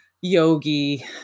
yogi